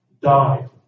died